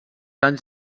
anys